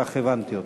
כך הבנתי אותך.